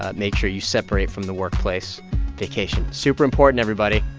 ah make sure you separate from the workplace vacation super important, everybody,